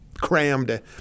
crammed